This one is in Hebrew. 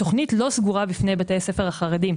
התוכנית לא סגורה בפני בתי הספר החרדיים,